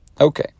Okay